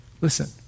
Listen